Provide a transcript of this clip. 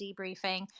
debriefing